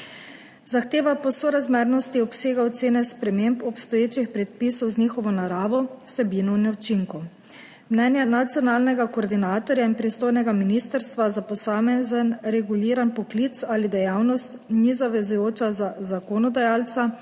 Zahteva po sorazmernosti obsega ocene sprememb obstoječih predpisov z njihovo naravo, vsebino in učinkov. Mnenje nacionalnega koordinatorja in pristojnega ministrstva za posamezen reguliran poklic ali dejavnost ni zavezujoče za zakonodajalca